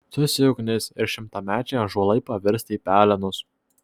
tu esi ugnis ir šimtamečiai ąžuolai pavirsta į pelenus